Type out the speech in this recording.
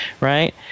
right